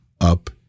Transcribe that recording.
up